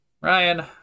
Ryan